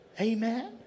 Amen